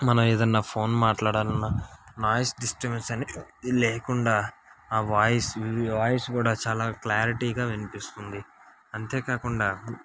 మనం ఏదన్నా ఫోన్ మాట్లాడాలి అన్న నాయిస్ డిస్టబెన్స్ అని లేకుండా ఆ వాయిస్ వాయిస్ కూడా చాలా క్లారిటీగా వినిపిస్తుంది అంతేకాకుండా